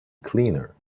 cleaner